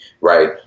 right